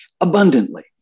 Abundantly